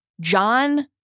John